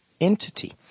entity